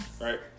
Right